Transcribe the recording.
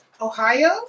Ohio